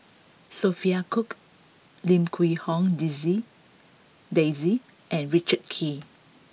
Sophia Cooke Lim Quee Hong Daisy and Richard Kee